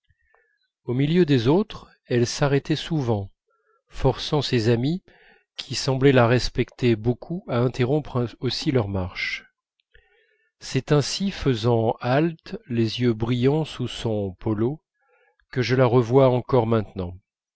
au milieu des autres elle s'arrêtait souvent forçant ses amies qui semblaient la respecter beaucoup à interrompre aussi leur marche c'est ainsi faisant halte les yeux brillants sous son polo que je la revois encore maintenant